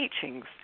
teachings